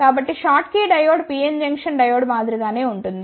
కాబట్టి Schottky diode PN junction diode మాదిరి గానే ఉంటుంది